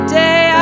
day